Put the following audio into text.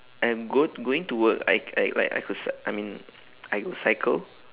and go~ going to work I I like I could cy~ I mean I will cycle